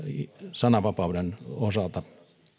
sananvapauden osalta